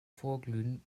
vorglühen